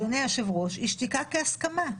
אדוני היושב-ראש, היא שתיקה כהסכמה,